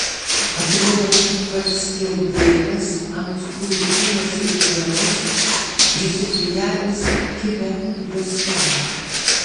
atrodo kad skerdėjas ant krūtinės ir nugaros prisiklijavęs kibią juostelę